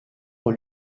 ont